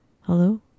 Hello